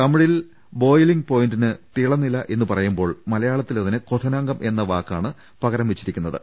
തമിഴിൽ ബോയിലിങ് പോയിന്റിന് തിളനില എന്ന് പറയുമ്പോൾ മല യാളത്തിൽ അതിന് കഥനാങ്കം എന്ന വാക്കാണ് പകരം വെച്ചിരിക്കുന്ന ത്